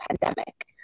pandemic